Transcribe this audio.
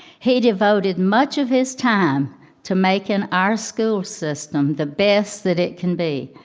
he devoted much of his time to making our school system the best that it can be,